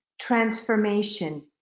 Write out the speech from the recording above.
transformation